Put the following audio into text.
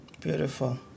Beautiful